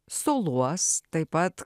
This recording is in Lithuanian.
soluos taip pat